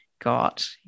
Got